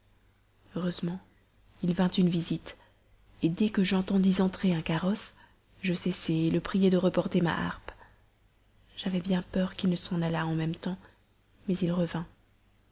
heureusement il vint une visite dès que j'entendis entrer un carrosse je cessai le priai de rapporter ma harpe j'avais bien peur qu'il ne s'en allât en même temps mais il revint